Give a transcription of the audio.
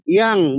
yang